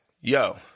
yo